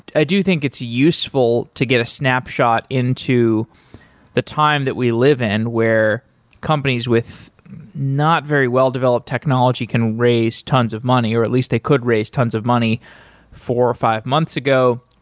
i do think it's useful to get a snapshot into the time that we live in, where companies with not very well-developed technology can raise tons of money, or at least they could raise tons of money four or five months ago.